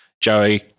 Joey